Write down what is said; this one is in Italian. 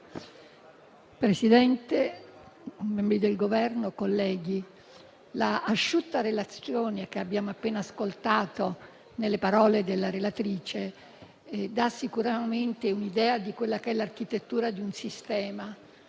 Presidente, membri del Governo, colleghi, l'asciutta relazione che abbiamo appena ascoltato nelle parole della relatrice dà sicuramente un'idea dell'architettura di un sistema,